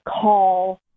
call